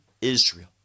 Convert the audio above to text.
Israel